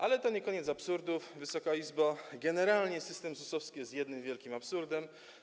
Ale to nie koniec absurdów, Wysoka Izbo, bo generalnie system ZUS-owski jest jednym wielkim absurdem.